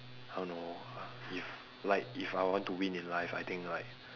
I don't know uh if like if I want to win in life I think like